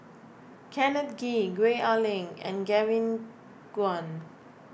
Kenneth Kee Gwee Ah Leng and Kevin Kwan